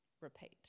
repeat